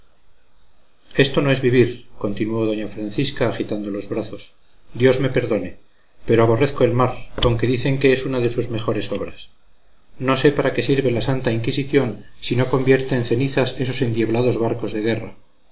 esto no es vivir continuó doña francisca agitando los brazos dios me perdone pero aborrezco el mar aunque dicen que es una de sus mejores obras no sé para qué sirve la santa inquisición si no convierte en cenizas esos endiablados barcos de guerra